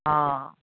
हा